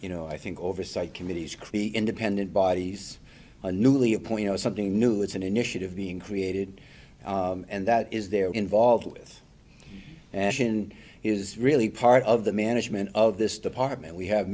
you know i think oversight committees creek independent bodies are newly appointed something new it's an initiative being created and that is they're involved with it is really part of the management of this department we have